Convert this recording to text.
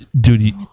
dude